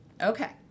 Okay